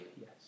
Yes